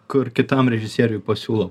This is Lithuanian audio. kur kitam režisieriui pasiūlo